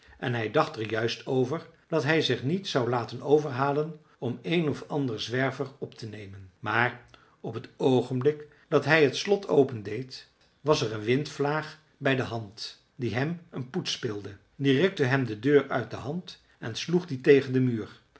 en hij dacht er juist over dat hij zich niet zou laten overhalen om een of ander zwerver op te nemen maar op het oogenblik dat hij het slot open deed was er een windvlaag bij de hand die hem een poets speelde die rukte hem de deur uit de hand en sloeg die tegen den muur